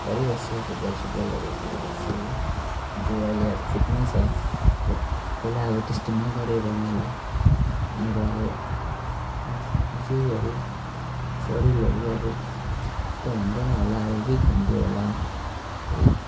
गरिबस्छु फुटबल सुटबलहरू खेलिबस्छु है जिउ अहिले फिटमै छ अब पहिला अब त्यस्तो नगरे भए मैले मेरो अब जिउहरू शरीरहरू अब यस्तो हुँदैन होला विक हुन्थ्यो होला त्यही